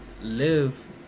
live